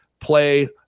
play